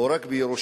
או רק בירושלים?